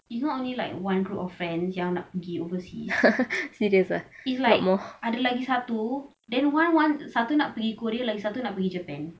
it's not only like one group of friends yang nak pergi overseas it's like ada lagi satu then one want satu nak pergi korea lagi satu nak pergi japan